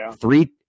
three